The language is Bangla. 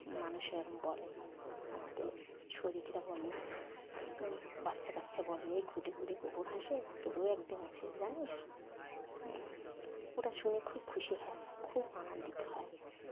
মানুষেরা বলে আমাদের শৈরিকরা বলে বাচ্চা কাচ্চা বলে এই ঘুটে ঘুরে কোবর হাসে তোরও একদিন আছে জানিস ওটা শুনে খুব খুশি হয় খুব আনন্দিত হয়